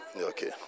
Okay